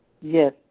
yes